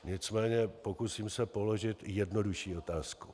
Nicméně pokusím se položit jednodušší otázku.